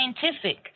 scientific